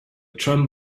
tram